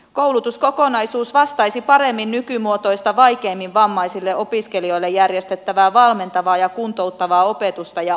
koulutuskokonaisuus vastaisi paremmin nykymuotoista vaikeimmin vammaisille opiskelijoille järjestettävää valmentavaa ja kuntouttavaa opetusta ja ohjausta